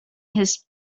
his